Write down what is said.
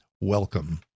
Welcome